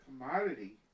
commodity